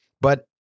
But-